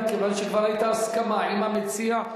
כיוון שהיתה הסכמה עם המציע,